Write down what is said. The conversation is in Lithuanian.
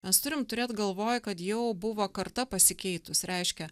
mes turim turėt galvoj kad jau buvo karta pasikeitus reiškia